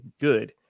good